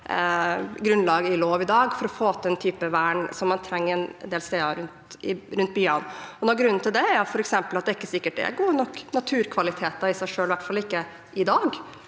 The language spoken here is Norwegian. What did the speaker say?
grunnlag i lov i dag for å få til den type vern som man trenger en del steder rundt byene. Noe av grunnen til det er f.eks. at det ikke er sikkert at det er gode nok naturkvaliteter i seg selv, i hvert fall ikke i dag,